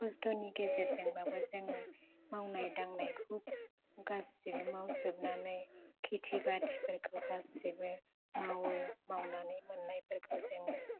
खस्थ'नि गेजेरजोंबाबो जोङो मावनाय दांनायखौ गासैबो मावजोबनानै खिथि बाथिफोरखौ गासैबो मावो मावनानै मोन्नायफोरखौ जोङो